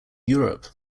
europe